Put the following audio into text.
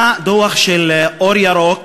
היה דוח של "אור ירוק"